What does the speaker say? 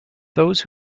those